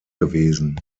gewesen